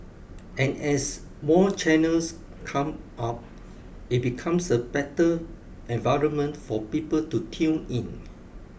and as more channels come up it becomes a better environment for people to tune in